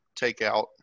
takeout